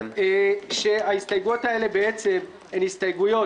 שהן הסתייגויות